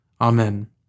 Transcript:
Amen